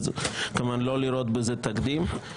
כמובן, לא לראות בזה תקדים.